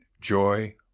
joy